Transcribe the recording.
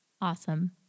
Awesome